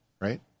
right